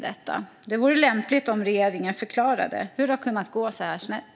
Det vore lämpligt om regeringen förklarade hur det har kunnat gå så här snett.